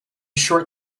short